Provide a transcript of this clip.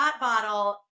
bottle